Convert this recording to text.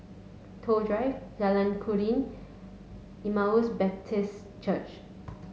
Toh Drive Jalan Keruing Emmaus Baptist Church